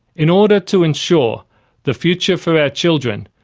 in order to ensure the future for our children,